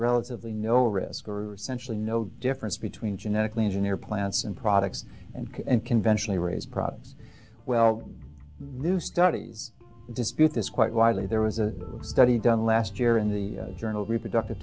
relatively no risk century no difference between genetically engineer plants and products and conventionally raised products well new studies dispute this quite widely there was a study done last year in the journal reproductive